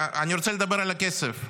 אני רוצה לדבר על הכסף,